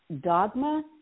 dogma